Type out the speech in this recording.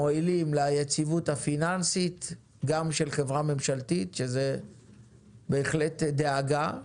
מועילים ליציבות הפיננסית גם של חברה ממשלתית שזאת בהחלט דאגה.